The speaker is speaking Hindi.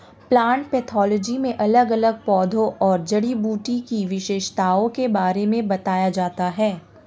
प्लांट पैथोलोजी में अलग अलग पौधों और जड़ी बूटी की विशेषताओं के बारे में बताया जाता है